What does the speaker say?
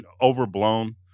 overblown